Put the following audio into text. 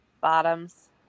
Bottoms